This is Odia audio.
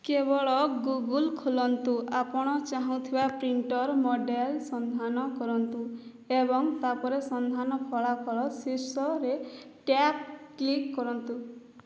କେବଳ ଗୁଗୁଲ୍ ଖୋଲନ୍ତୁ ଆପଣ ଚାହୁଁଥିବା ପ୍ରିଣ୍ଟର୍ ମଡ଼େଲ୍ ସନ୍ଧାନ କରନ୍ତୁ ଏବଂ ତା'ପରେ ସନ୍ଧାନ ଫଳାଫଳର ଶୀର୍ଷରେ ଟ୍ୟାବ୍ କ୍ଲିକ୍ କରନ୍ତୁ